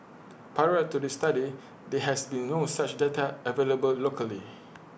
prior to this study there has been no such data available locally